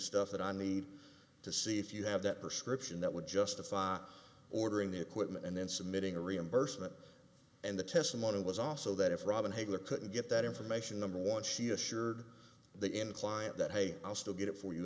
stuff that i need to see if you have that perception that would justify ordering the equipment and then submitting a reimbursement and the testimony was also that if robin hagar couldn't get that information number one she assured the end client that hey i'll still get it for you